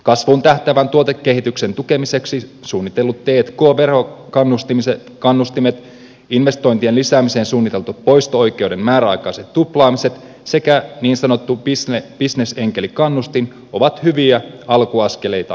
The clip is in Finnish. kasvuun tähtäävän tuotekehityksen tukemiseksi suunnitellut t k verokannustimet investointien lisäämiseen suunnitellut poisto oikeuden määräaikaiset tuplaamiset sekä niin sanottu bisnesenkelikannustin ovat hyviä alkuaskeleita tällä tiellä